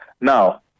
Now